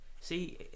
See